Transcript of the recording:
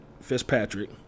Fitzpatrick